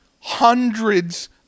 hundreds